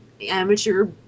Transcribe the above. amateur